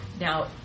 Now